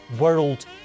world